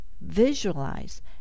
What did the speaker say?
visualize